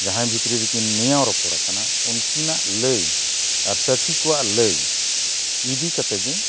ᱡᱟᱦᱟᱸᱭ ᱵᱷᱤᱛᱨᱤ ᱨᱮᱜᱮ ᱱᱮᱭᱟᱣ ᱨᱚᱯᱚᱲ ᱟᱠᱟᱱᱟ ᱩᱱᱠᱤᱱᱟᱜ ᱞᱟᱹᱭ ᱟᱨ ᱥᱟᱹᱠᱷᱤ ᱠᱚᱣᱟᱜ ᱞᱟᱹᱭ ᱤᱫᱤ ᱠᱟᱛᱮ ᱜᱮ